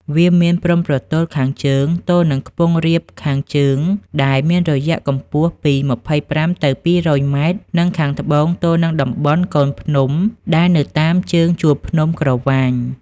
វាមានព្រំប្រទល់ខាងជើងទល់នឹងខ្ពង់រាបខាងជើង ដែលមានរយៈកម្ពស់ពី ២៥ ទៅ ២០០ ម៉ែត្រ និងខាងត្បូងទល់នឹងតំបន់កូនភ្នំដែលនៅតាមជើងជួរភ្នំក្រវាញ។